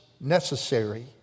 necessary